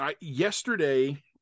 Yesterday